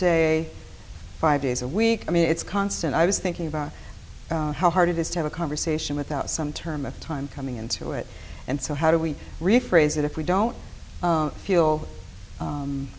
workday five days a week i mean it's constant i was thinking about how hard it is to have a conversation without some term of time coming into it and so how do we rephrase that if we don't feel